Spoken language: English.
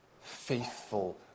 faithful